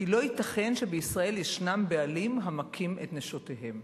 כי לא ייתכן שבישראל ישנם בעלים המכים את נשותיהם.